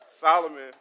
Solomon